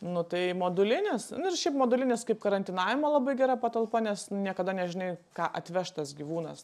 nu tai modulinis nu ir šiaip modulinis kaip karantinavimo labai gera patalpa nes nu niekada nežinai ką atveš tas gyvūnas